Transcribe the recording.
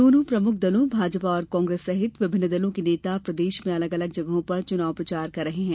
दोनों प्रमुख दलों भाजपा और कांग्रेस सहित विभिन्न दलों के नेता प्रदेश में अलग अलग जगहों पर चुनाव प्रचार कर रहे हैं